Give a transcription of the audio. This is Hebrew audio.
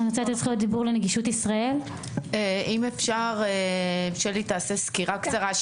נגישות ישראל, סקירה קצרה.